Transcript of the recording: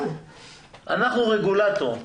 אנחנו רגולטור.